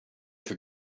for